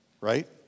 right